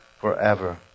forever